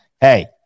Hey